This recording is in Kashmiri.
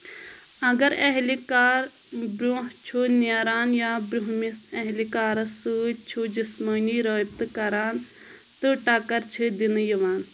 اگر اہلِہ کار برونٛہہ چھُ نیران یا برونٛمِس اہلِہ کارَس سۭتۍ چھُ جسمٲنی رٲبطہٕ کران تہٕ ٹکر چھِ دِنہٕ یِوان